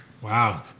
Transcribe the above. Wow